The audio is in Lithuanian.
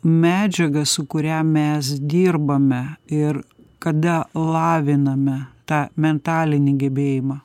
medžiaga su kuria mes dirbame ir kada laviname tą mentalinį gebėjimą